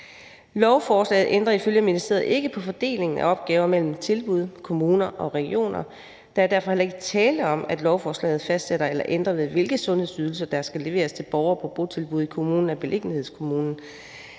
Lovforslaget ændrer ifølge ministeriet ikke på fordelingen af opgaver mellem tilbud, kommuner og regioner, og der er derfor heller ikke tale om, at lovforslaget fastsætter eller ændrer, hvilke sundhedsydelser der skal leveres til borgere på botilbud i kommunen af beliggenhedskommunen.